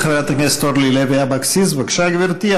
חברת הכנסת אורלי לוי אבקסיס, בבקשה, גברתי.